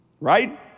Right